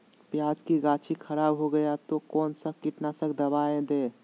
प्याज की गाछी खराब हो गया तो कौन सा कीटनाशक दवाएं दे?